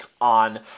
on